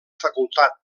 facultat